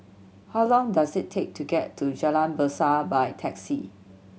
how long does it take to get to Jalan Berseh by taxi